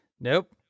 Nope